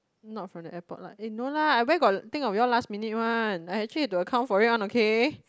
not from the airport lah eh no lah where got think of y'all last minute one I actually had to account for it one okay